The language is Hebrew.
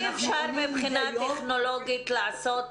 האם אי-אפשר לעשות מבחינה טכנולוגית לעשות